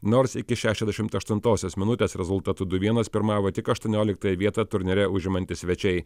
nors iki šešiasdešimt aštuntosios minutės rezultatu du vienas pirmavo tik aštuonioliktąją vietą turnyre užimantys svečiai